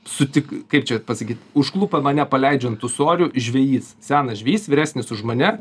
sutik kaip čia pasakyt užklupo mane paleidžiant ūsorių žvejys senas žvejys vyresnis už mane